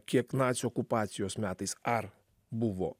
kiek nacių okupacijos metais ar buvo